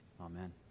Amen